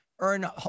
earn